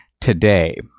today